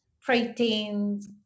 proteins